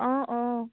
অঁ অঁ